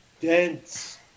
dense